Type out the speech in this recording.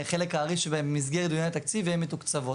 החלק הארי שבהן במסגרת דיוני התקציב והן מתוקצבות.